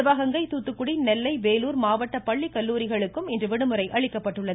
சிவகங்கை தூத்துக்குடி நெல்லை வேலூர் மாவட்ட பள்ளி கல்லூரிகளுக்கும் இன்று விடுமுறை அளிக்கப்பட்டுள்ளது